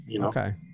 Okay